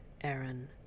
Aaron